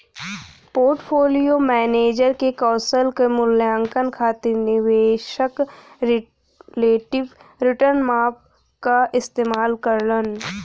portfolio manager के कौशल क मूल्यांकन खातिर निवेशक रिलेटिव रीटर्न माप क इस्तेमाल करलन